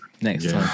next